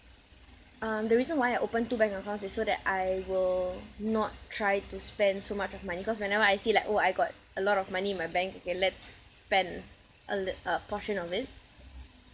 um the reason why I open two bank accounts is so that I will not try to spend so much of money because whenever I see like oh I got a lot of money in my bank okay let's spend a lit~ a portion of it